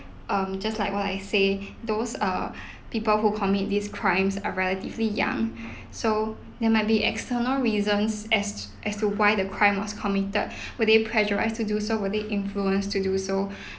um just like what I say those err people who commit these crimes are relatively young so there might be external reasons as as to why the crime was committed were they pressurised to do so were they influenced to do so